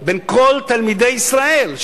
בין כל תלמידי ישראל,